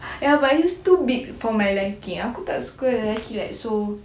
ya but he's too big for my liking aku tak suka lelaki like so